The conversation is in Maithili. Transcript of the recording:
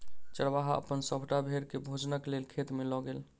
चरवाहा अपन सभटा भेड़ के भोजनक लेल खेत में लअ गेल